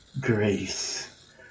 grace